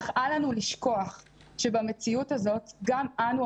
אך אל לנו לשכוח שבמציאות הזאת גם אנו,